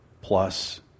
plus